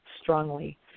strongly